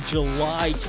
July